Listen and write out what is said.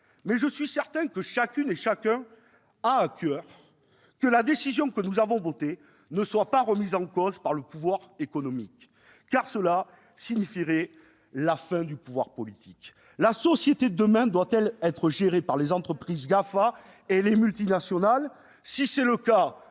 mais je suis certain que chacun a à coeur que la décision que nous avons adoptée ne soit pas remise en cause par le pouvoir économique, car cela signifierait la fin du pouvoir politique. La société de demain doit-elle être administrée par les entreprises GAFAM et par les multinationales ?